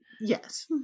Yes